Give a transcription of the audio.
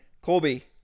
colby